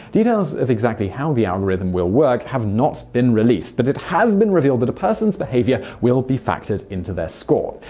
details of exactly how the algorithm will work have not been released, but it has been revealed that a person's behavior will be factored into their score.